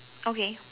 okay